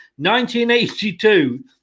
1982